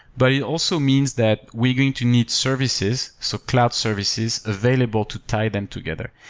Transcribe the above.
but it also means that we're going to need services, so cloud services, available to tie them together.